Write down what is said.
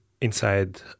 inside